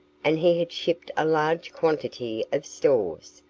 and he had shipped a large quantity of stores,